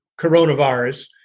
coronavirus